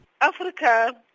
Africa